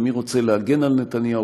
ומי רוצה להגן על נתניהו,